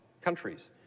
countries